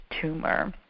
tumor